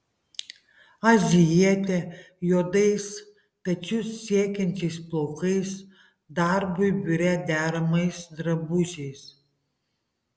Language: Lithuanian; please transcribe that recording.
azijietė juodais pečius siekiančiais plaukais darbui biure deramais drabužiais